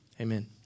Amen